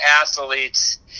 athletes